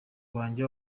wanjye